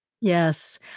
Yes